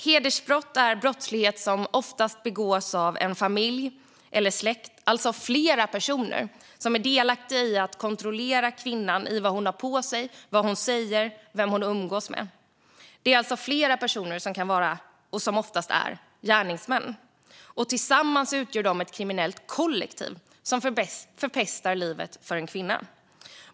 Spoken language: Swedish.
Hedersbrott är brottslighet som ofta begås av en familj eller en släkt, alltså av flera personer som är delaktiga i att kontrollera vad kvinnan har på sig, vad hon säger och vem hon umgås med. Det är alltså flera personer som kan vara, och ofta är, gärningsmän. Tillsammans utgör de ett kriminellt kollektiv som förpestar livet för en kvinna.